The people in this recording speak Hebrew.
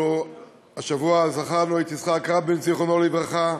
השבוע זכרנו את יצחק רבין, זיכרונו לברכה,